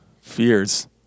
fears